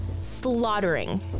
slaughtering